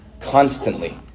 constantly